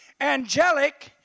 angelic